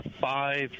five